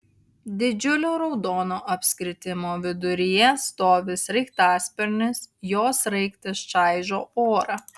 didžiulio raudono apskritimo viduryje stovi sraigtasparnis jo sraigtas čaižo orą